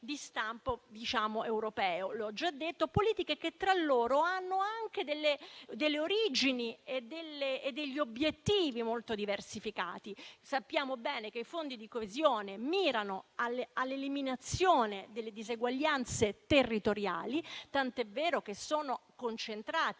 di stampo europeo, politiche che tra loro hanno origini e obiettivi molto diversificati. Sappiamo bene che i fondi di coesione mirano all'eliminazione delle diseguaglianze territoriali, tant'è vero che sono concentrati